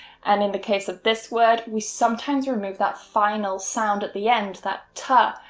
and in the case of this word we sometimes remove that final sound at the end, that t.